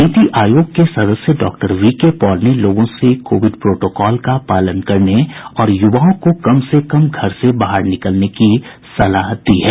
नीति आयोग के सदस्य डॉ वीके पॉल ने लोगों से कोविड प्रोटोकॉल का पालन करने और यूवाओं को कम से कम घर से बाहर निकलने की सलाह दी है